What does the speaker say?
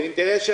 זה אינטרס של